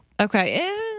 Okay